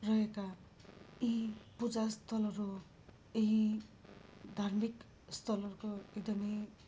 रहेका यी पूजा स्थलहरू यी धार्मिक स्थलहरूको एकदमै